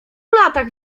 latach